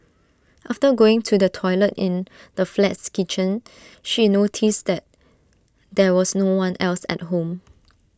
after going to the toilet in the flat's kitchen she noticed that there was no one else at home